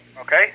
Okay